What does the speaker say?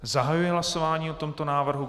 Zahajuji hlasování o tomto návrhu.